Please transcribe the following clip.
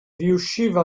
riusciva